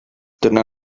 dyna